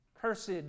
Cursed